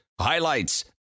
highlights